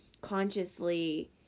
consciously